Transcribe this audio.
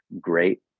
great